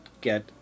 get